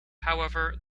however